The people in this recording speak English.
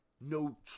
no